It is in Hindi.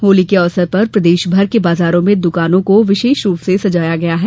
होली के अवसर पर प्रदेशभर के बाजारों में दुकानों को विशेष रूप से सजाया गया है